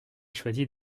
choisi